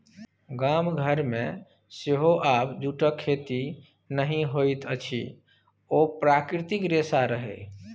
गाम घरमे सेहो आब जूटक खेती नहि होइत अछि ओ प्राकृतिक रेशा रहय